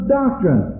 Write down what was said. doctrine